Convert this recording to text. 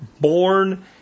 born